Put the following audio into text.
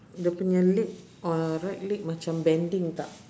the punya leg or right leg macam bending tak